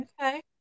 okay